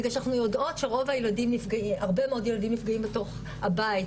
בגלל שאנחנו יודעות שהרבה מאוד ילדים נפגעים בתוך הבית,